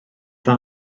dda